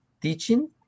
teaching